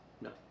No